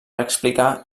explicar